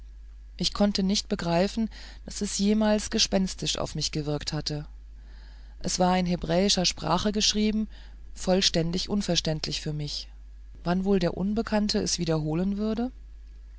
ich konnte nicht begreifen daß es jemals gespenstisch auf mich gewirkt hatte es war in hebräischer sprache geschrieben vollkommen unverständlich für mich wann wohl der unbekannte es wieder holen kommen würde